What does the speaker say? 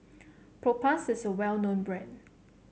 Propass is a well known brand